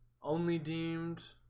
only deemed